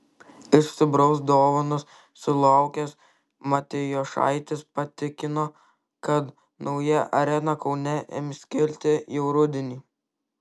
iš zubraus dovanos sulaukęs matijošaitis patikino kad nauja arena kaune ims kilti jau rudenį